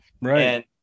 Right